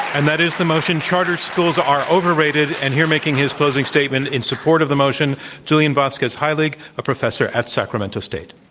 and that is the motion, charter schools are overrated, and here making his closing statement in support of the motion julian vasquez heilig, heilig, a professor at sacramento state.